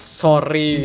sorry